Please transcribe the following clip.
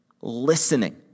listening